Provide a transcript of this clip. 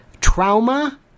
trauma